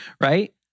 right